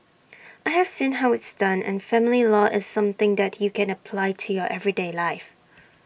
I have seen how it's done and family law is something that you can apply to your everyday life